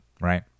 Right